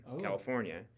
California